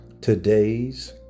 Today's